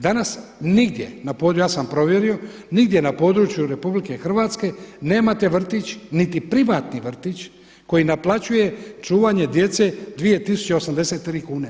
Danas nigdje, ja sam provjerio, nigdje na području RH nemate vrtić niti privatni vrtić koji naplaćuje čuvanje djece 2083 kune.